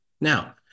Now